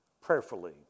prayerfully